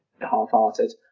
half-hearted